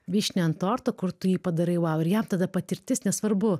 vyšnia ant torto kur tu jį padarai vau ir jam tada patirtis nesvarbu